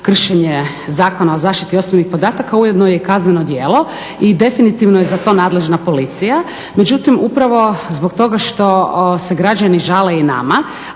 kršenje Zakona o zaštiti osobnih podataka ujedno je kazneno djelo i definitivno je za to nadležna policija. Međutim, upravo zbog toga što se građani žale i nama